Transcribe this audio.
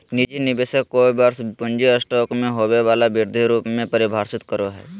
निजी निवेशक कोय वर्ष पूँजी स्टॉक में होबो वला वृद्धि रूप में परिभाषित करो हइ